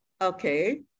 Okay